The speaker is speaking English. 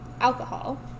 alcohol